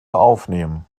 aufnehmen